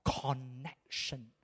connection